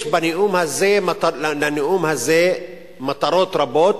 יש לנאום הזה מטרות רבות,